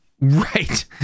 right